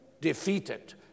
defeated